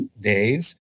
days